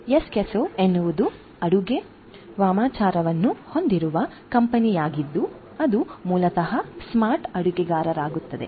ಎಸ್ಕೆಸ್ಸೊ ಎನ್ನುವುದು ಅಡುಗೆ ವಾಮಾಚಾರವನ್ನು ಹೊಂದಿರುವ ಕಂಪನಿಯಾಗಿದ್ದು ಅದು ಮೂಲತಃ ಸ್ಮಾರ್ಟ್ ಅಡುಗೆಗಾಗಿರುತ್ತದೆ